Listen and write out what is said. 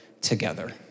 together